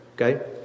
Okay